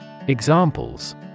Examples